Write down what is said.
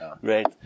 Great